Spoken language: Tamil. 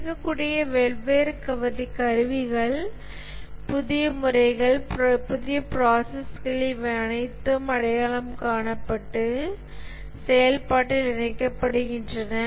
கிடைக்கக்கூடிய வெவ்வேறு கருவிகள் புதிய முறைகள் புதிய ப்ராசஸ்கள் இவை அனைத்தும் அடையாளம் காணப்பட்டு செயல்பாட்டில் இணைக்கப்படுகின்றன